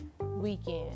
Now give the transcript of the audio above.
weekend